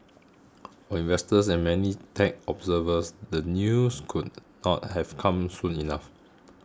for investors and many tech observers the news could not have come soon enough